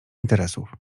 interesów